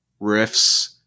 riffs